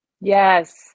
Yes